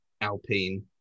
Alpine